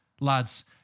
lads